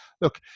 look